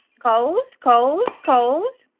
cosed cosed cosed,